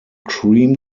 cream